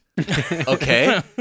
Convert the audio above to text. Okay